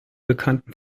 bekannten